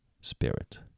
spirit